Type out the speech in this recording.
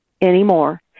anymore